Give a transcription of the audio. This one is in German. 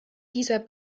dieser